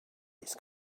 its